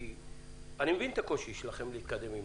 כי אני מבין את הקושי שלכם להתקדם,